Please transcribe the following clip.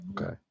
Okay